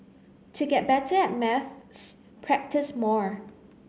to get better at maths practise more